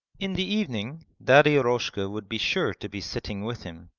in the evening daddy eroshka would be sure to be sitting with him.